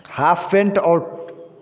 half pant आओर